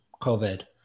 COVID